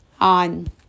on